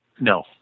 No